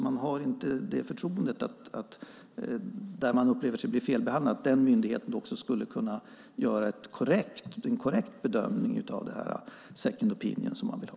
Man har inte förtroende för att den myndighet där man tycker sig ha blivit felbehandlad skulle kunna göra en korrekt bedömning så att man får den second opinion som man vill ha.